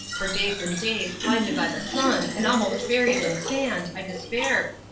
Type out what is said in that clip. for days and days, blinded by the sun, and almost buried in sand, i despaired.